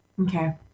Okay